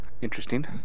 interesting